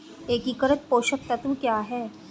एकीकृत पोषक तत्व क्या है?